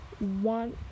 one